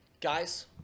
Guys